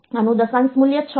આનું દશાંશ મૂલ્ય 6 છે